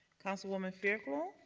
councilwoman fairclough.